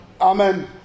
Amen